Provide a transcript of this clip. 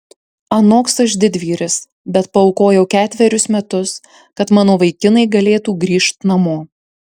anoks aš didvyris bet paaukojau ketverius metus kad mano vaikinai galėtų grįžt namo